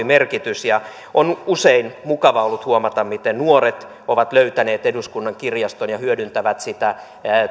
merkitys on usein mukava ollut huomata miten nuoret ovat löytäneet eduskunnan kirjaston ja hyödyntävät sitä